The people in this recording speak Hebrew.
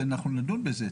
ואנחנו נדון בזה,